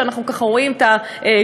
אנחנו ככה רואים את הגזירות.